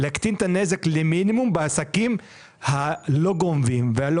להקטין את הנזק למינימום בעסקים הלא גונבים והלא